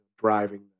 driving